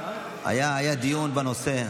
היה דיון בנושא.